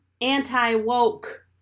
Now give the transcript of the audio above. anti-woke